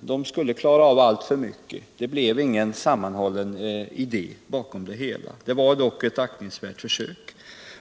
man skulle klara av alltför mycket. Det blev ingen sammanhållen idé bakom det hela. Ändå var det ett aktningsvärt försök som gjordes.